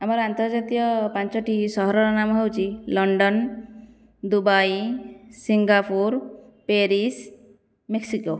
ଆମର ଆନ୍ତର୍ଜାତୀୟ ପାଞ୍ଚଟି ସହରର ନାମ ହେଉଛି London Dubai Singapore Paris Mexico